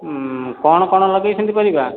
କ'ଣ କ'ଣ ଲଗାଇଛନ୍ତି ପରିବା